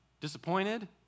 disappointed